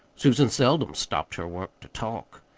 susan seldom stopped her work to talk.